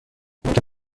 ممکن